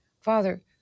Father